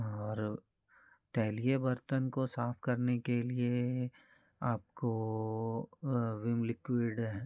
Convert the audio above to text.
और तैलीय बर्तन को साफ करने के लिए आपको वीम लिक्विड है